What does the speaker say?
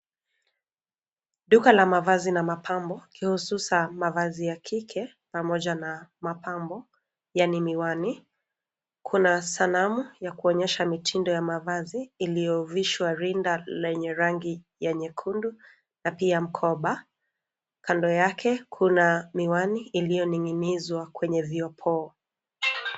Duka la mavazi na mapambo, kihususa mavazi ya kike, pamoja na mapambo, yaani miwani, kuna sanamu, ya kuonyesha mitindo ya mavazi iliyovishwa rinda lenye rangi, ya nyekundu na pia mkoba, kando yake, kuna miwani iliyoning'inizwa kwenye vioo poo.